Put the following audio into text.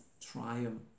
Triumph